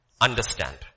understand